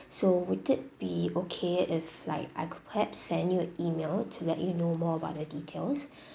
so would it be okay if like I could perhaps send you an email to let you know more about the details